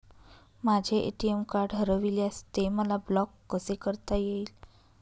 माझे ATM card हरविल्यास ते मला ब्लॉक कसे करता येईल?